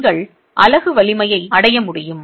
நீங்கள் அலகு வலிமையை அடைய முடியும்